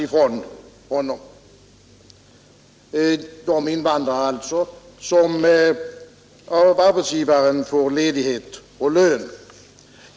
Det gäller de invandrare som av arbetsgivaren får ledighet och lön när de studerar.